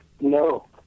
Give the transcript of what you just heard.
No